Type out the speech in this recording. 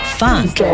funk